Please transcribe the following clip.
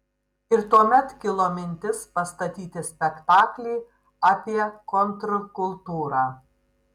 ir tuomet kilo mintis pastatyti spektaklį apie kontrkultūrą